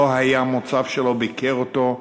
לא היה מוצב שלא ביקר בו,